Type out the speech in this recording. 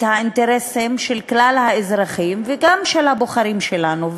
האינטרסים של כלל האזרחים וגם של הבוחרים שלנו.